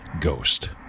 Ghost